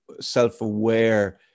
self-aware